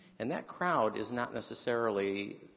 and that crowd is not necessarily